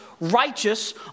righteous